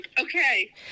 Okay